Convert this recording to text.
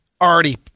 already